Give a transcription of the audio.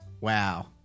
wow